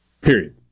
Period